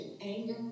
anger